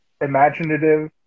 imaginative